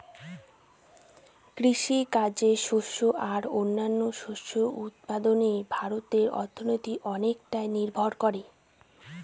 কৃষিকাজে শস্য আর ও অন্যান্য শস্য উৎপাদনে ভারতের অর্থনীতি অনেকটাই নির্ভর করে